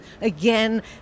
again